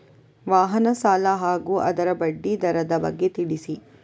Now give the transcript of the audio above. ವಾಹನ ಸಾಲ ಹಾಗೂ ಅದರ ಬಡ್ಡಿ ದರದ ಬಗ್ಗೆ ತಿಳಿಸಿ?